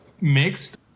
mixed